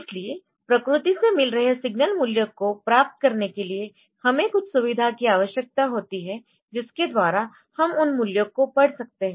इसलिए प्रकृति से मिल रहे सिग्नल मूल्यों को प्राप्त करने के लिए हमें कुछ सुविधा की आवश्यकता होती है जिसके द्वारा हम उन मूल्यों को पढ़ सकते है